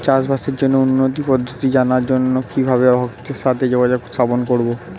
চাষবাসের জন্য উন্নতি পদ্ধতি জানার জন্য কিভাবে ভক্তের সাথে যোগাযোগ স্থাপন করব?